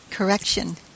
Correction